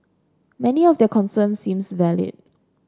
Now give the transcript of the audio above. many of their concerns seemed valid